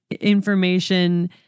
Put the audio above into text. information